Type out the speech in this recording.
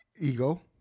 Ego